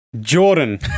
Jordan